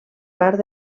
part